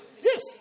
Yes